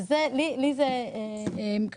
לי זה חסר.